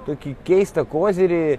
tokį keistą kozirį